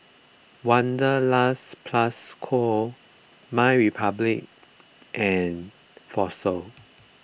Wanderlust Plus Co MyRepublic and Fossil